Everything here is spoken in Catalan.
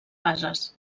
fases